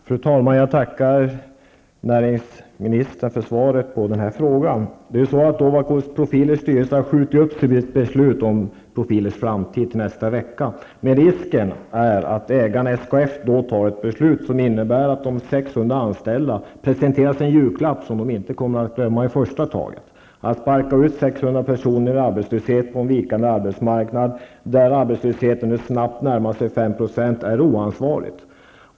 Fru talman! Jag tackar näringsministern för svaret på frågan. Ovako Profilers styrelse har skjutit upp sitt beslut om Profilers framtid till nästa vecka, men risken är att ägaren, SKF, då fattar ett beslut som innebär att de 600 anställda presenteras en julklapp som de inte kommer att glömma i första taget. Att sparka ut 600 personer i arbetslöshet på en vikande arbetsmarknad där arbetslösheten nu snabbt närmar sig 5 % är oansvarigt.